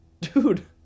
dude